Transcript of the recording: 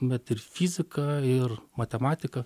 bet ir fiziką ir matematiką